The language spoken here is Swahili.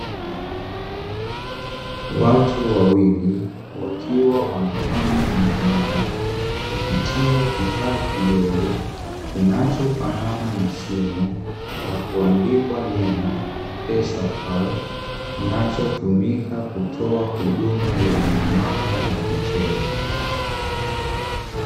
Watu wawili wakiwa wananfanya miamala, kupitia kifaa kidogo kinachofanana na simu, na kuandikwa neno ''PESAPAL'' kinachotumika kutoa huduma ya miamala ya kifedha.